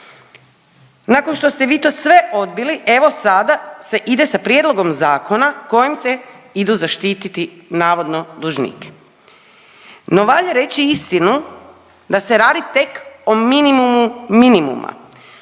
nakon što ste vi to sve odbili evo sada se ide sa prijedlogom zakona kojim se idu zaštiti navodno dužnike. No valja reći istinu da se radi o tek minimumu minimuma,